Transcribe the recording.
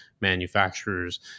manufacturers